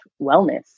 wellness